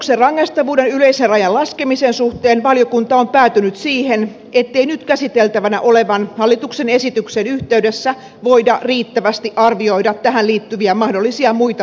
vesiliikennejuopumuksen rangaistavuuden yleisen rajan laskemisen suhteen valiokunta on päätynyt siihen ettei nyt käsiteltävänä olevan hallituksen esityksen yhteydessä voida riittävästi arvioida tähän liittyviä mahdollisia muita muutostarpeita